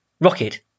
rocket